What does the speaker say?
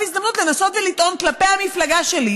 הזדמנות לנסות ולטעון כלפי המפלגה שלי,